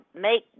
make